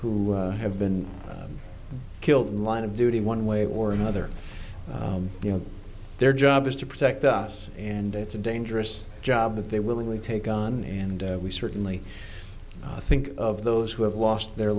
o have been killed in line of duty one way or another you know there job is to protect us and it's a dangerous job that they willingly take on and we certainly think of those who have lost their